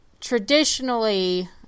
traditionally